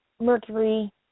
Mercury